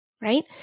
right